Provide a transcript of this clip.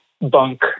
bunk